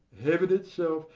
heaven itself,